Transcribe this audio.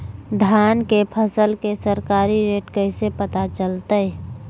धान के फसल के सरकारी रेट कैसे पता चलताय?